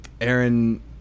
Aaron